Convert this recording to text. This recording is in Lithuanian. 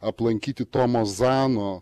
aplankyti tomo zano